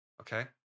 Okay